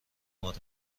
آره